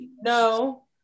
No